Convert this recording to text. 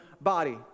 body